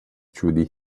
through